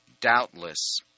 Doubtless